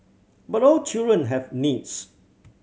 but all children have needs